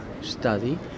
study